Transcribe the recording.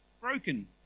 broken